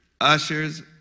ushers